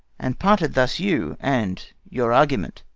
and parted thus you and your argument.